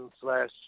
slash